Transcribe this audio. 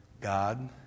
God